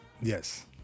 Yes